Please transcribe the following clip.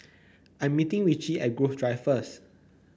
I'm meeting Richie at Grove Drive first